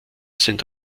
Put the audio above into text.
sind